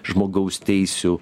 žmogaus teisių